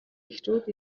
эхчүүд